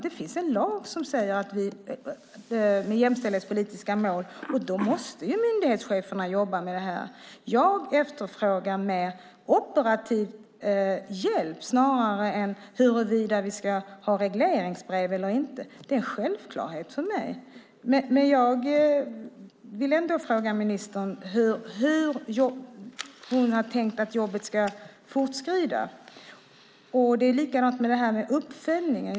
Det finns en lag som säger att vi har jämställdhetspolitiska mål, och då måste myndighetscheferna jobba med detta. Jag efterfrågar mer operativ hjälp. Det handlar snarare om det än huruvida vi ska ha regleringsbrev eller inte. Det är en självklarhet för mig. Jag vill fråga ministern hur hon har tänkt att jobbet ska fortskrida. Det är likadant med uppföljningen.